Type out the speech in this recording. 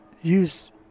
use